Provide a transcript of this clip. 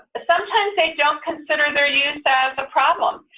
sometimes they don't consider their use as a problem.